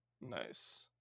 Nice